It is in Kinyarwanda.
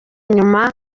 nyuma